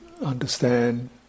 understand